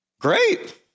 Great